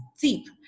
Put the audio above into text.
deep